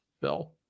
Bill